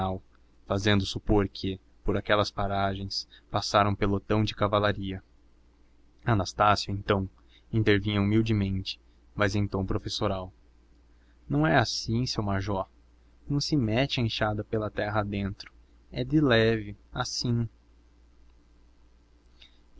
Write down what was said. fazendo supor que por aquelas paragens passara um pelotão de cavalaria anastácio então intervinha humildemente mas em tom professoral não é assim seu majó não se mete a enxada pela terra adentro é de leve assim